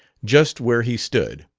just where he stood.